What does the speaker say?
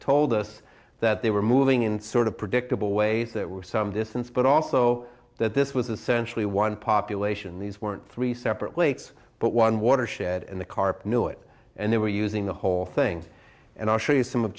told us that they were moving in sort of predictable ways that were some distance but also that this was essentially one population these weren't three separate lakes but one watershed and the carp knew it and they were using the whole thing and i'll show you some of